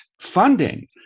funding